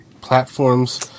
platforms